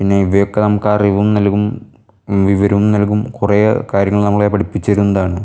പിന്നെ ഇവയൊക്കെ നമുക്ക് അറിവും നൽകും വിവരവും നൽകും കുറേ കാര്യങ്ങൾ നമ്മളെ പഠിപ്പിച്ച് തരുന്നതാണ്